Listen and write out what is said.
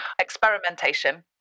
experimentation